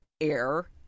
air